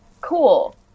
Cool